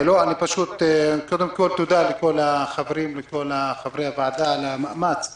תודה לחברי הוועדה על המאמץ שנעשה.